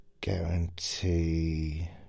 guarantee